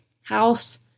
house